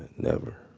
never.